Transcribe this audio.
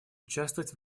участвовать